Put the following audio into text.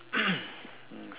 um